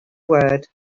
word